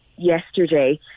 yesterday